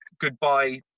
goodbye